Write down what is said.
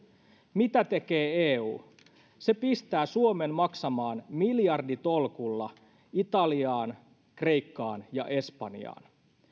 mitä tekee eu se pistää suomen maksamaan miljarditolkulla italiaan kreikkaan ja espanjaan